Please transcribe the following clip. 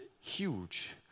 huge